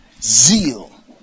zeal